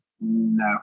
no